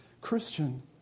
Christian